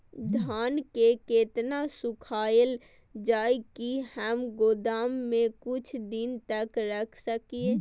धान के केतना सुखायल जाय की हम गोदाम में कुछ दिन तक रख सकिए?